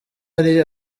ari